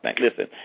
Listen